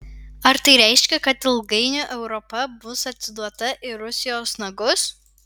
ar tai reiškia kad ilgainiui europa bus atiduota į rusijos nagus